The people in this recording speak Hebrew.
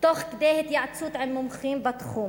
תוך כדי התייעצות עם מומחים בתחום,